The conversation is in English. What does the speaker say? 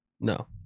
no